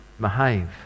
behave